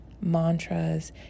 mantras